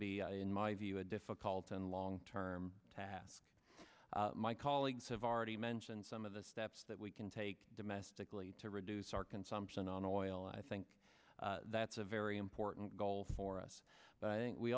be in my view a difficult and long term task my colleagues have already mentioned some of the steps that we can take domestically to reduce our consumption on oil i think that's a very important goal for us but